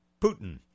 Putin